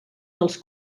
dels